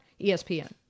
ESPN